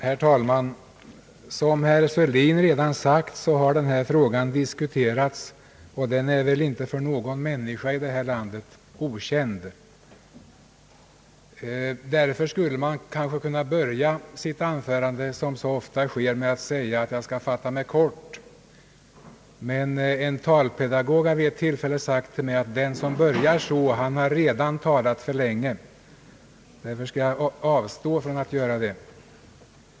Herr talman! Som herr Sörlin sagt har denna fråga redan diskuterats och är väl inte för någon människa i detta land okänd. Jag skulle därför kanske kunna börja mitt anförande, som så ofta sker, med att säga: »Jag skall fat ta mig kort», men en talpedagog har vid ett tillfälle sagt att den som börjar sitt anförande så har redan talat för länge — och jag skall därför avstå från att göra det.